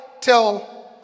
till